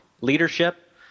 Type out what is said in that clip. leadership